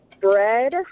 Bread